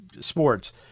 sports